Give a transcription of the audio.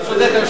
אתה צודק.